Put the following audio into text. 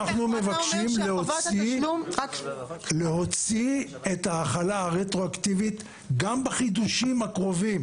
אנחנו מבקשים להוציא את ההחלה הרטרואקטיבית גם בחידושים הקרובים.